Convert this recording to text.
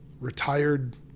retired